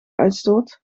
uitstoot